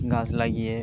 গাছ লাগিয়ে